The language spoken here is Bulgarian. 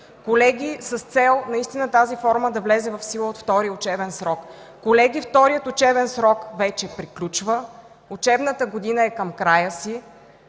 месеца с цел наистина тази форма да влезе в сила от втория учебен срок. Колеги, вторият учебен срок вече приключва, учебната година е към края си,